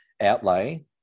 outlay